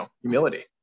humility